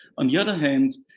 on the other hand,